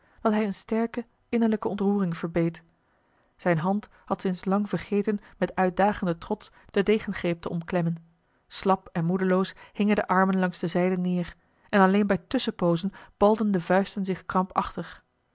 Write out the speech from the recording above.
dat hij eene sterke innerlijke ontroering verbeet zijne hand had sinds lang vergeten met uitdagenden trots den degengreep te omklemmen slap en moedeloos hingen de armen langs de zijden neêr en alleen bij tusschenpoozen balden de vuisten zich krampachtig